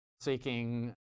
seeking